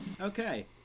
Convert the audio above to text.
Okay